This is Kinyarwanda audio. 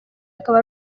akaba